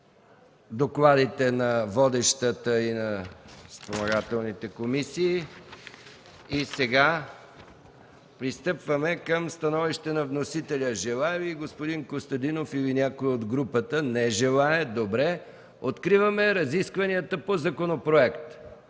докладите на водещата и на спомагателните комисии. Пристъпваме към становище на вносителя. Желае ли господин Костадинов или някой от групата? Не желае. Добре. Откриваме разискванията по законопроекта.